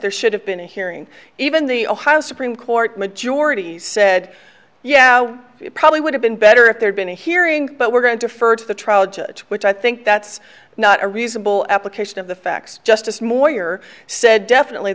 there should have been a hearing even the ohio supreme court majority said yeah it probably would have been better if there'd been a hearing but we're going to defer to the trial judge which i think that's not a reasonable application of the facts justice moore your said definitely